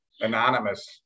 anonymous